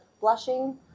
blushing